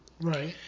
Right